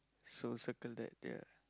so circle that ya